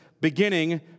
beginning